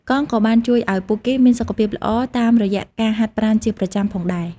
កង់ក៏បានជួយឱ្យពួកគេមានសុខភាពល្អតាមរយៈការហាត់ប្រាណជាប្រចាំផងដែរ។